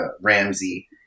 Ramsey